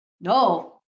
No